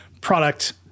product